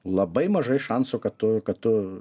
labai mažai šansų kad tu kad tu